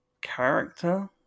character